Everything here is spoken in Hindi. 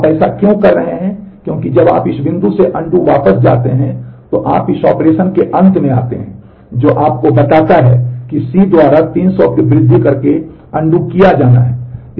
आप ऐसा क्यों कर रहे हैं क्योंकि जब आप इस बिंदु से अनडू किया जाना है